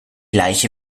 leiche